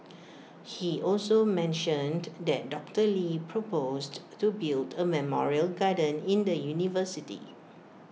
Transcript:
he also mentioned that doctor lee proposed to build A memorial garden in the university